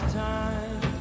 time